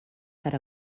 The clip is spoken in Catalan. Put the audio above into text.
per